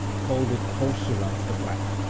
call it corcyra the black.